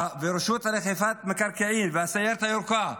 הרשות לאכיפה במקרקעין והסיירת הירוקה.